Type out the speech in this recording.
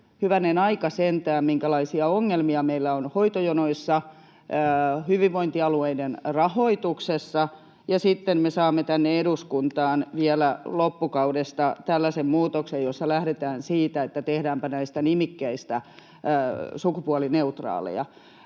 Hyvänen aika sentään, minkälaisia ongelmia meillä on hoitojonoissa, hyvinvointialueiden rahoituksessa, ja sitten me saamme tänne eduskuntaan vielä loppukaudesta tällaisen muutoksen, jossa lähdetään siitä, että tehdäänpä näistä nimikkeistä sukupuolineutraaleja.